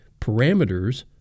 parameters